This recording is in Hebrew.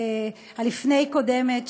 הלפני-קודמת,